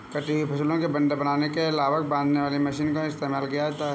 कटी हुई फसलों के बंडल बनाने के लिए लावक बांधने की मशीनों का इस्तेमाल किया जाता है